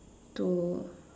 to